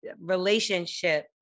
relationship